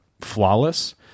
flawless